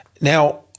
Now